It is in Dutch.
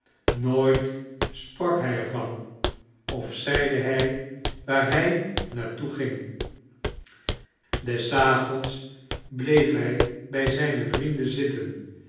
nooit sprak hij er van of zeide hij waar hij naar toe ging des avonds bleef hij bij zijne vrienden zitten